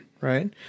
right